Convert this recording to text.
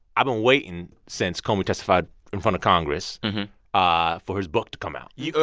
i've been waiting since comey testified in front of congress ah for his book to come out yeah oh,